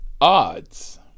Odds